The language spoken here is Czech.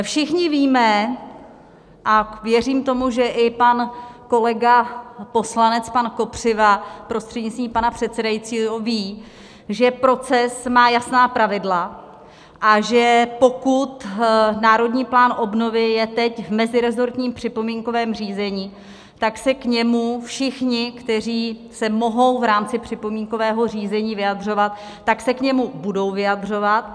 Všichni víme, a věřím tomu, že i pan kolega poslanec pan Kopřiva, prostřednictvím pana předsedajícího, ví, že proces má jasná pravidla, a že pokud Národní plán obnovy je teď v mezirezortním připomínkovém řízení, tak se k němu všichni, kteří se mohou v rámci připomínkového řízení vyjadřovat, tak se k němu budou vyjadřovat.